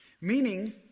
Meaning